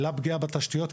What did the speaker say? לפגיעה בתשתיות.